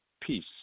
peace